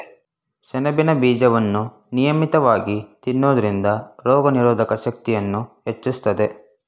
ಸೆಣಬಿನ ಬೀಜವನ್ನು ನಿಯಮಿತವಾಗಿ ತಿನ್ನೋದ್ರಿಂದ ರೋಗನಿರೋಧಕ ಶಕ್ತಿಯನ್ನೂ ಹೆಚ್ಚಿಸ್ತದೆ